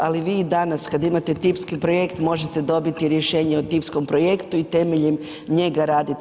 Ali vi i danas kada imate tipski projekt možete dobiti rješenje o tipskom projektu i temeljem njega raditi.